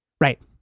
Right